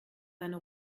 seine